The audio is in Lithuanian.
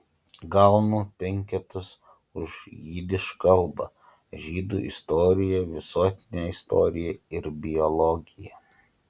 gaunu penketus už jidiš kalbą žydų istoriją visuotinę istoriją ir biologiją